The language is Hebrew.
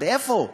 עד איפה?